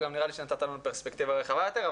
וגם נראה לנו שנתת לנו פרספקטיבה רחבה יותר,